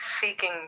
seeking